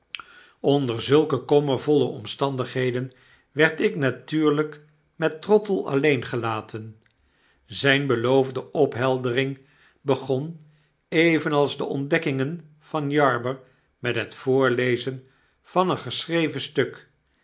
onder zulke kommervolle omstandigheden werd ik natuurlyk met trottle alleen gelaten zyne beloofde opheldering begon evenals de ontdekkingen van jarber met het voorlezen van een geschreven stuk